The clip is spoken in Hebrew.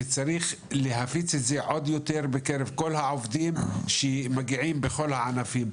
וצריך להפיץ את זה עוד יותר בקרב כל העובדים שמגיעים לכל הענפים,